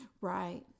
right